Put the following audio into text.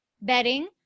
bedding